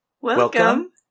Welcome